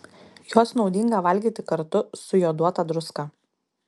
juos naudinga valgyti kartu su joduota druska